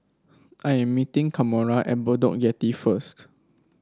I am meeting Kamora at Bedok Jetty first